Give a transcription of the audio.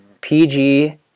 PG